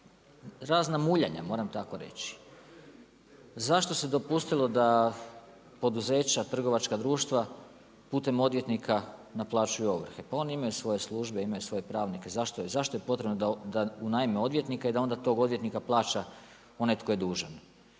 razna muljanja, moram tako reći. Zašto se dopustilo da poduzeća, trgovačka društva putem odvjetnika naplaćuju ovrhe? Pa oni imaju svoje službe imaju svoje pravnike. Zašto je potrebno da unajme odvjetnika i da onda tog odvjetnika plaća onaj tko je dužan?